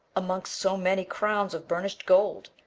amongst so many crowns of burnish'd gold,